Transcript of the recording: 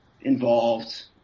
involved